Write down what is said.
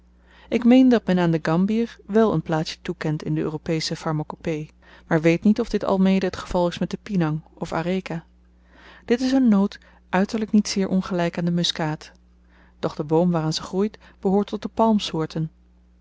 ik meen dat men aan de gambier wèl n plaatsje toekent in de europesche pharmakopee maar weet niet of dit almede t geval is met de pinang of areka dit is n noot uiterlyk niet zeer ongelyk aan de muskaat doch de boom waaraan ze groeit behoort tot de